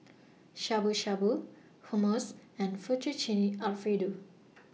Shabu Shabu Hummus and Fettuccine Alfredo